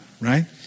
right